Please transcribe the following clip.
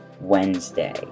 wednesday